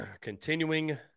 Continuing